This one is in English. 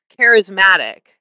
charismatic